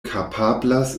kapablas